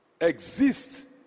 exist